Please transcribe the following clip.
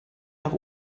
nach